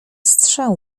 strzał